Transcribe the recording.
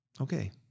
okay